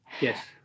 Yes